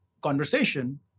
conversation